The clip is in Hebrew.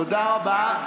תודה רבה.